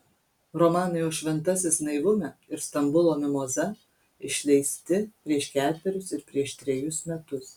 romanai o šventasis naivume ir stambulo mimoza išleisti prieš ketverius ir prieš trejus metus